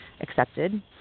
accepted